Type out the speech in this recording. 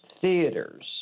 theaters